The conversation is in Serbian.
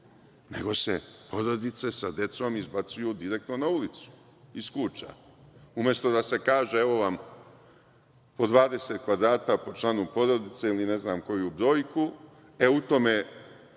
nego se porodice sa decom direktno izbacuju na ulicu, iz kuća, umesto da se kaže – evo vam po 20 kvadrata po članu porodice, ili ne znam koju brojku, e, u tome